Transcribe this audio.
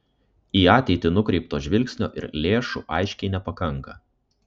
į ateitį nukreipto žvilgsnio ir lėšų aiškiai nepakanka